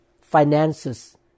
finances